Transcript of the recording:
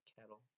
kettle